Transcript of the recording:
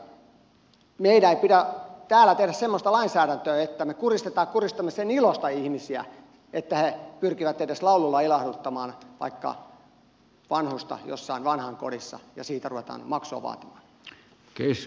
siinä mielessä meidän ei pidä täällä tehdä semmoista lainsäädäntöä että me kuristamme kuristamisen ilosta ihmisiä kun he pyrkivät edes laululla ilahduttamaan vaikka vanhusta jossain vanhainkodissa ja siitä ruvetaan maksua vaatimaan